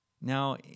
Now